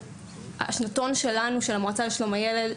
השנתון הסטטיסטי של המועצה לשלום הילד,